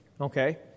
okay